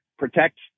protect